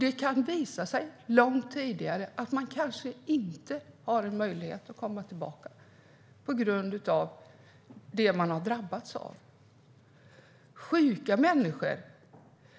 Det kan visa sig långt tidigare att en person inte har möjlighet att komma tillbaka på grund av det som han eller hon har drabbats av.